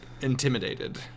intimidated